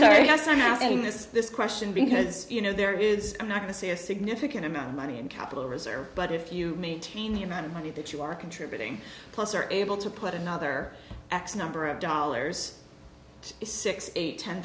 this this question because you know there is i'm not going to see a significant amount of money in capital reserves but if you maintain the amount of money that you are contributing plus are able to put another x number of dollars six eight ten